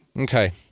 Okay